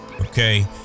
okay